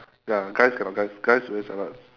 ya guys cannot guys guys always jialat